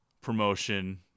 promotion